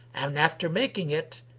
and after making it,